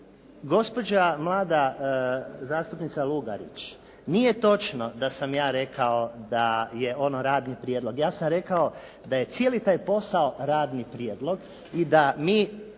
Gospođa mlada zastupnica Lugarić, nije točno da sam ja rekao da je ono radni prijedlog. Ja sam rekao da je cijeli taj posao radni prijedlog i da mi